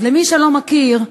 אז למי שלא מכיר,